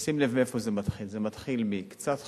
ושים לב מאיפה זה מתחיל: זה מתחיל מקצת חום,